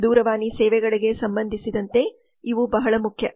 ದೂರವಾಣಿ ಸೇವೆಗಳಿಗೆ ಸಂಬಂಧಿಸಿದಂತೆ ಇವು ಬಹಳ ಮುಖ್ಯ